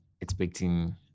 Expecting